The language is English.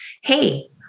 Hey